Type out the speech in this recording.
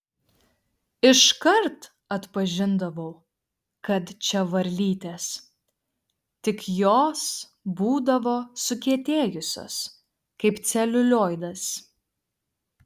iškart atpažindavau kad čia varlytės tik jos būdavo sukietėjusios kaip celiulioidas